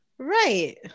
Right